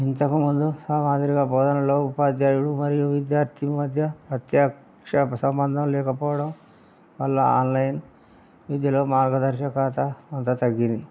ఇంతకుముందు సామాజిక బోధనలో ఉపాధ్యాయులు మరియు విద్యార్థి మధ్య ప్రత్యక్ష సంబంధం లేకపోవడం వల్ల ఆన్లైన్ విద్యలో మార్గదర్శకత అంతా తగ్గింది